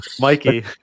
Mikey